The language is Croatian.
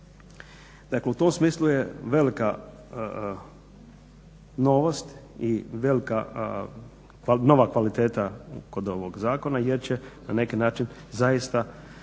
Dakle, u tom smislu je velika novost i velika nova kvaliteta kod ovog zakona, jer će na neki način zaista